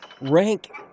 Rank